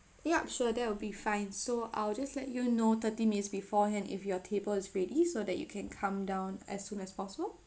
ya sure that will be fine so I'll just like you know thirty minutes beforehand if your table is ready so that you can come down as soon as possible